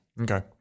Okay